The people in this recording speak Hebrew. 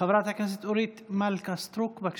חברת הכנסת אורית מלכה סטרוק, בבקשה.